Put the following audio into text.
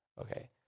Okay